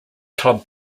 club